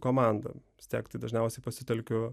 komanda vis tiek tai dažniausiai pasitelkiu